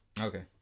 Okay